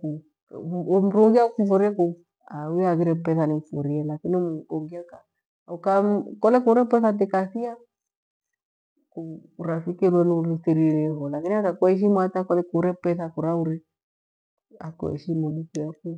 ku mru ungi akufurie kukiu uave petha. Nimfurie lakini ukanikore petha tikathia ku urafiki uenu uthiririe ho lakini kolw hata kuraura petha, mru akuheshimu du kuyokyo.